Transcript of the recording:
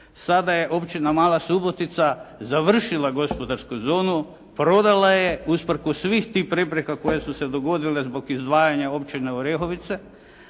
Sada je općina Mala Subotica završila gospodarsku zonu, prodala je usprkos svih tih prepreka koje su se dogodile zbog izdvajanja općine Orehovice,